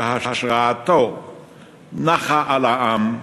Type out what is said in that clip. שהשראתו נחה על העם,